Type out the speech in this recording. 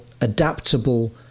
adaptable